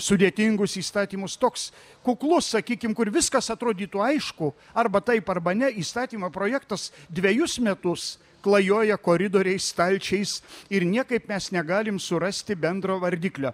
sudėtingus įstatymus toks kuklus sakykim kur viskas atrodytų aišku arba taip arba ne įstatymo projektas dvejus metus klajoja koridoriais stalčiais ir niekaip mes negalim surasti bendro vardiklio